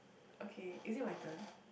okay is it my turn